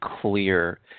clear